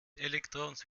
elektrons